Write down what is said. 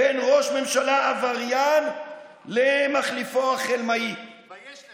בין ראש ממשלה עבריין למחליפו החלמאי, תתבייש לך.